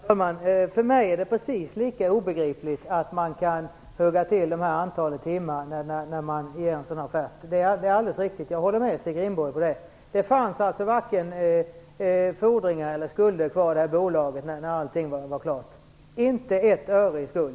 Herr talman! För mig är det precis lika obegripligt att man kan hugga till med ett antal timmar i en sådan här offert. Jag håller med Stig Rindborg om det han säger. Det fanns varken fordringar eller skulder kvar i bolaget när allting var klart, inte ett öre i skuld.